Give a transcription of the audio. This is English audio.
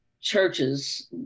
churches